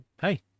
hey